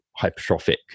hypertrophic